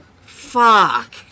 Fuck